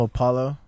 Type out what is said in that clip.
Apollo